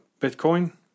Bitcoin